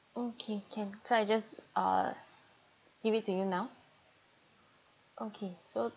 okay can so I just uh give it to you now okay so